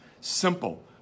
Simple